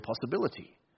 possibility